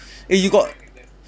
eh you got